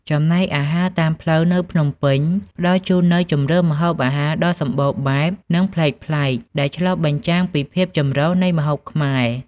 ចំណែកឯ អាហារតាមផ្លូវនៅភ្នំពេញ ផ្តល់ជូននូវជម្រើសម្ហូបអាហារដ៏សម្បូរបែប និងប្លែកៗ ដែលឆ្លុះបញ្ចាំងពីភាពចម្រុះនៃម្ហូបខ្មែរ។